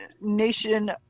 nation